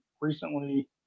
recently